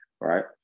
right